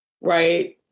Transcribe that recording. right